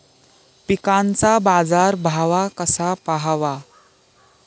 पिकांचा बाजार भाव कसा पहावा?